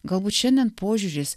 galbūt šiandien požiūris